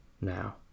now